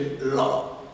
law